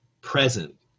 present